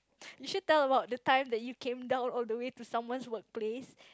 you should tell about the time that you came down all the way to someone's work place